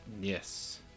Yes